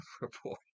report